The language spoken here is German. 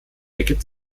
ergibt